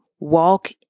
Walk